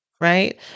right